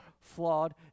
flawed